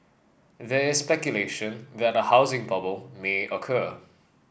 there is speculation that a housing bubble may occur